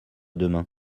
demain